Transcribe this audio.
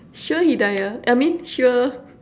sure hidaya I mean sure